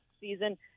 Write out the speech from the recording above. season